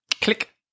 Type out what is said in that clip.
click